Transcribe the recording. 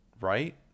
Right